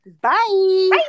Bye